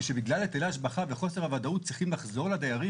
שבגלל היטלי השבחה וחוסר הוודאות צריכים לחזור לדיירים